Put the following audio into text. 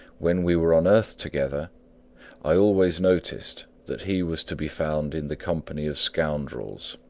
when we were on earth together i always noticed that he was to be found in the company of scoundrels.